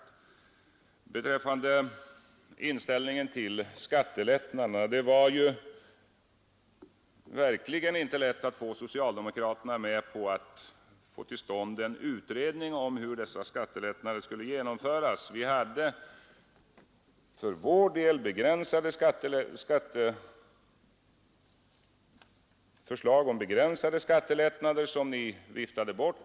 När det gäller inställningen till skattelättnaderna var det verkligen inte lätt att få socialdemokraterna med på en utredning om hur dessa skattelättnader skulle genomföras. Vi hade för vår del förslag om begränsade skattelättnader som ni viftade bort.